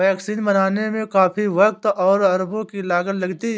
vaccine बनाने में काफी वक़्त और अरबों की लागत लगती है